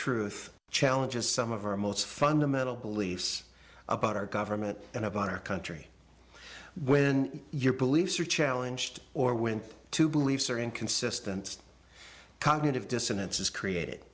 truth challenges some of our most fundamental beliefs about our government and about our country when your beliefs are challenged or when to believe certain consistent cognitive dissonance is created